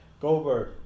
Goldberg